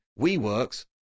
WeWorks